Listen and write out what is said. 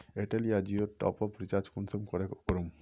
Airtel या जियोर top up recharge कुंसम करे करूम?